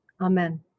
Amen